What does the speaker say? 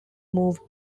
moved